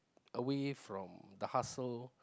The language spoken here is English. away from the hustle